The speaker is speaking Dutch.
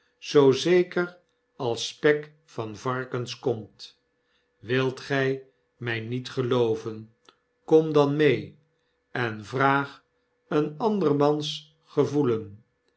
zoo zeker als spek van varkens komt wilt gy mij niet gelooven kom dan mee en vraag een ander mans gevoelen